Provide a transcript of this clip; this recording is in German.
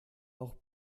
auch